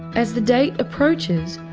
as the date approaches,